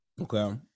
okay